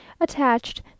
attached